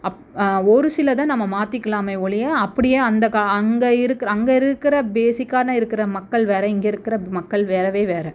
அப் ஒரு சிலதை நம்ம மாற்றிக்கலாமே ஒழிய அப்படியே அந்த கா அங்கே இருக்கிற அங்கே இருக்கிற பேஸிக்கான இருக்கிற மக்கள் வேறு இங்கே இருக்கிற மக்கள் வேறவே வேறு